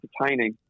entertaining